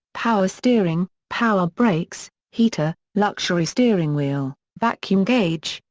power steering, power brakes, heater, luxury steering wheel, vacuum gauge,